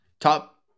Top